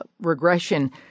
regression